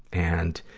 and,